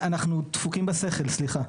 אנחנו דפוקים בשכל, סליחה.